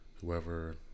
whoever